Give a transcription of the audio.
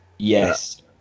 Yes